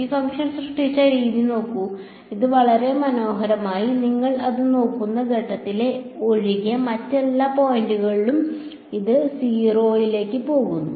ഈ ഫംഗ്ഷൻ സൃഷ്ടിച്ച രീതി നോക്കൂ അത് വളരെ മനോഹരമാണ് നിങ്ങൾ അത് നോക്കുന്ന ഘട്ടത്തിൽ ഒഴികെ മറ്റെല്ലാ പോയിന്റുകളിലും ഇത് 0 ലേക്ക് പോകുന്നു